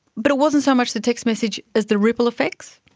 but it wasn't so much the text message as the ripple effects.